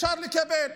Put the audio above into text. ואפשר לקבל,